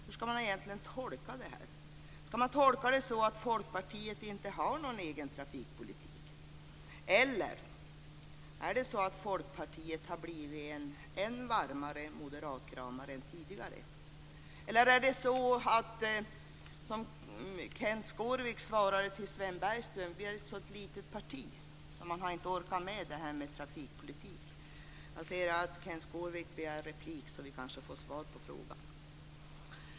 Hur ska man egentligen tolka det här? Ska man tolka det så att Folkpartiet inte har någon egen trafikpolitik, eller är det så att Folkpartiet har blivit en än varmare moderatkramare än tidigare? Eller är det som Kenth Skårvik svarade Sven Bergström, att Folkpartiet är ett så litet parti att man inte har orkat med det här med trafikpolitik? Jag ser att Kenth Skårvik begär replik, så vi kanske får svar på frågan.